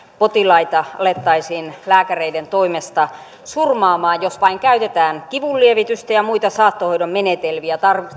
potilaita alettaisiin lääkäreiden toimesta surmaamaan jos vain käytetään kivunlievitystä ja muita saattohoidon menetelmiä